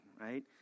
right